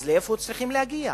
אז לאן צריך להגיע?